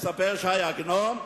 מספר ש"י עגנון,